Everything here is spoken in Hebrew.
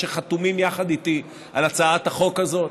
שחתומים יחד איתי על הצעת החוק הזאת,